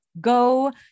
go